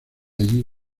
allí